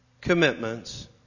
commitments